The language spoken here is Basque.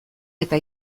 eta